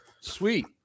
Sweet